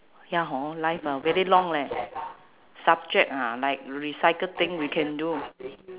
ya hor life ah very long leh subject ah like recycle thing we can do